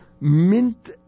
mint